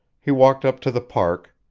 he walked up to the park,